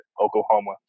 Oklahoma